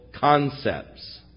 concepts